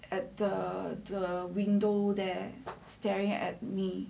at the the window there but staring at me